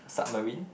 a submarine